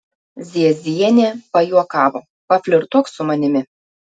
ziezienė pajuokavo paflirtuok su manimi